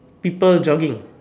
people jogging